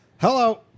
Hello